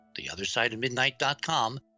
theothersideofmidnight.com